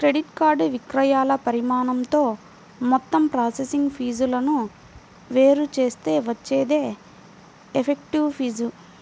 credit card విక్రయాల పరిమాణంతో మొత్తం ప్రాసెసింగ్ ఫీజులను వేరు చేస్తే వచ్చేదే ఎఫెక్టివ్ ఫీజు